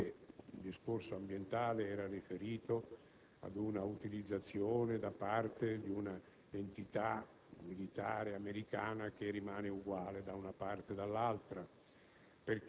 perché il discorso ambientale era riferito ad un'utilizzazione da parte di una entità militare americana che rimane uguale da una parte e dall'altra;